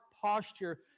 posture